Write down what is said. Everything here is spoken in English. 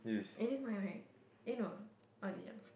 eh this is mine right eh no oh this is yours